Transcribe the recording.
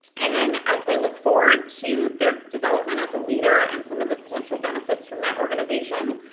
and then as they look forward to their development as a leader and some of the potential benefits from that organization,